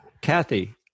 Kathy